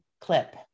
clip